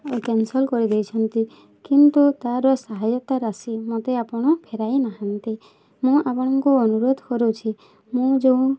cancel କରିଦେଇଛନ୍ତି କିନ୍ତୁ ତାର ସାହାୟତା ରାଶି ମୋତେ ଆପଣ ଫେରାଇ ନାହାନ୍ତି ମୁଁ ଆପଣଙ୍କୁ ଅନୁରୋଧ କରୁଛି ମୁଁ ଯେଉଁ